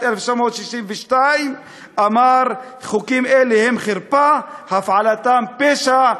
1962. הוא אמר שחוקים אלה הם חרפה והפעלתם פשע.